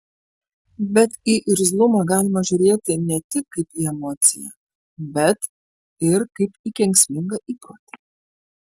bet į irzlumą galima žiūrėti ne tik kaip į emociją bet ir kaip į kenksmingą įprotį